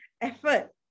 effort